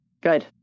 Good